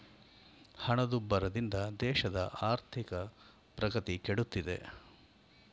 ಹಣದುಬ್ಬರದಿಂದ ದೇಶದ ಆರ್ಥಿಕ ಪ್ರಗತಿ ಕೆಡುತ್ತಿದೆ